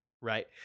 right